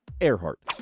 Earhart